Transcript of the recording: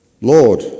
Lord